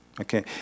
Okay